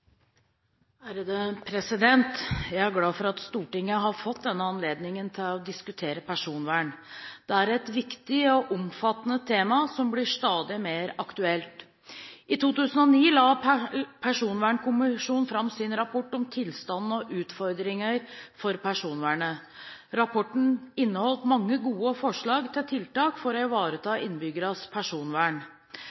glad for at Stortinget har fått denne anledningen til å diskutere personvern. Det er et viktig og omfattende tema, som blir stadig mer aktuelt. I 2009 la Personvernkommisjonen fram sin rapport om tilstanden og utfordringer for personvernet. Rapporten inneholder mange og gode forslag til tiltak for å ivareta